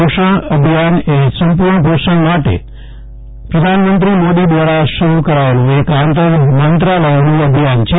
પોષણ અભિયાન એ સંપુર્ણ પોષણ માટે પ્રધાનમંત્રી નરેન્દ્ર મોદી દ્રારા શરૂ કરાયેલું એક આંતર મંત્રાલયોનું અભિયાન છે